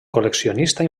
col·leccionista